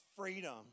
Freedom